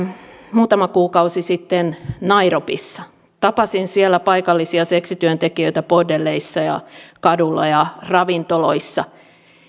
muutama kuukausi sitten nairobissa tapasin siellä paikallisia seksityöntekijöitä bordelleissa kadulla ja ravintoloissa